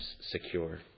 secure